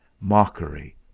mockery